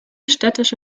städtische